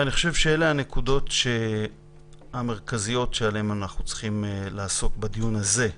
אני חושב שאלה הנקודות המרכזיות שבהן אנחנו צריכים לעסוק בדיון הזה.